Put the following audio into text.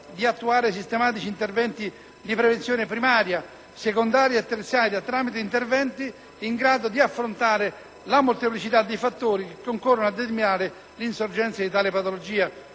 di attuare sistematiche attività di prevenzione primaria, secondaria e terziaria tramite interventi in grado di affrontare la molteplicità di fattori che concorrono a determinare l'insorgenza di tale patologia: